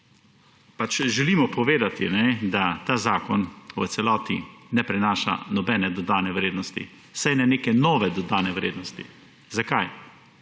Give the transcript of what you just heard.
pač želimo povedati, da ta zakon v celoti ne prinaša nobene dodane vrednosti, vsaj ne neke nove dodane vrednosti. Zakaj?